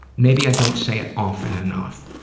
maybe i don't say it often enough,